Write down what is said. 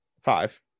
Five